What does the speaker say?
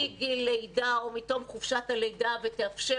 מגיל לידה או מתום חופשת הלידה ותאפשר